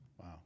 Wow